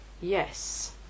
Yes